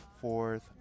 fourth